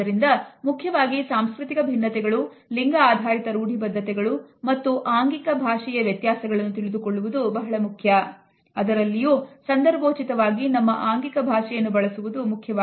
ಆದ್ದರಿಂದ ಮುಖ್ಯವಾಗಿ ಸಾಂಸ್ಕೃತಿಕ ಭಿನ್ನತೆಗಳು ಲಿಂಗ ಆಧಾರಿತ ರೂಢಿ ಬದ್ಧತೆಗಳು ಮತ್ತು ಆಂಗಿಕ ಭಾಷೆಯ ವ್ಯತ್ಯಾಸಗಳನ್ನು ತಿಳಿದುಕೊಳ್ಳುವುದು ಬಹಳ ಮುಖ್ಯ